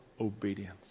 obedience